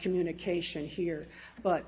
communication here but